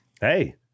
Hey